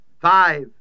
five